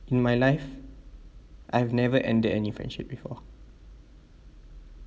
in my life I've never ended any friendship before